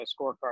scorecard